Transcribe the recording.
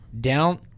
down